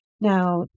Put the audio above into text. Now